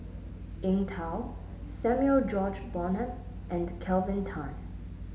Eng Tow Samuel George Bonham and Kelvin Tan